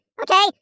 Okay